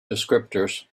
descriptors